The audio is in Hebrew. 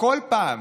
ובכל פעם